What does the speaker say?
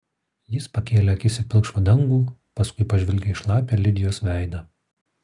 jis pakėlė akis į pilkšvą dangų paskui pažvelgė į šlapią lidijos veidą